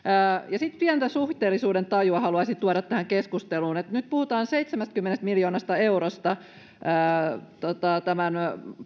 ja sitten pientä suhteellisuudentajua haluaisin tuoda tähän keskusteluun nyt puhutaan seitsemästäkymmenestä miljoonasta eurosta tämän